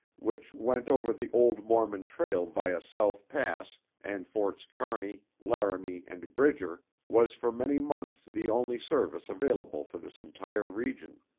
which went over the old mormon trail via south pass, and forts kearney, laramie, and bridger, was for many months the only service available for this entire region.